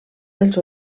dels